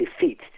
defeat